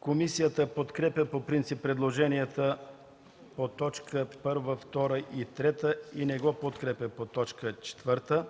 Комисията подкрепя по принцип предложението по т. 1, 2 и 3 и не го подкрепя по т. 4.